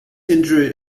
injury